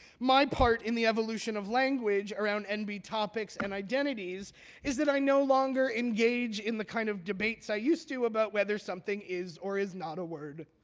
my part in the evolution of language around nb topics and identities is that i no longer engage in the kind of debates i used to about whether something is or is not a word.